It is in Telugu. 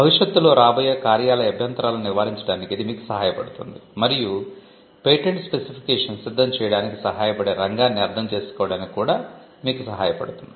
భవిష్యత్తులో రాబోయే కార్యాలయ అభ్యంతరాలను నివారించడానికి ఇది మీకు సహాయపడుతుంది మరియు పేటెంట్ స్పెసిఫికేషన్ సిద్ధం చేయడానికి సహాయపడే రంగాన్ని అర్థం చేసుకోవడానికి కూడా మీకు సహాయపడుతుంది